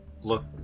look